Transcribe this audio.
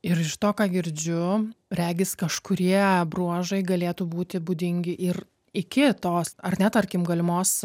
ir iš to ką girdžiu regis kažkurie bruožai galėtų būti būdingi ir iki tos ar ne tarkim galimos